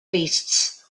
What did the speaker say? beasts